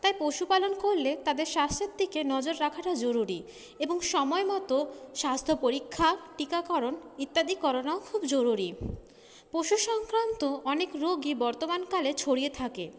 তাই পশুপালন করলে তাদের স্বাস্থ্যের দিকে নজর রাখাটা জরুরী এবং সময় মত স্বাস্থ্য পরীক্ষা টিকাকরণ ইত্যাদি করানোও খুব জরুরী পশু সংক্রান্ত অনেক রোগই বর্তমানকালে ছড়িয়ে থাকে